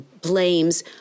blames